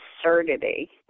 absurdity